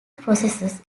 processes